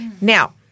Now